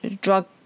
drug